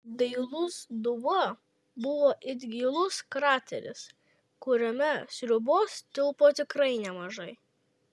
dailus dubuo buvo it gilus krateris kuriame sriubos tilpo tikrai nemažai